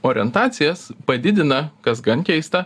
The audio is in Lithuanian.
orientacijas padidina kas gan keista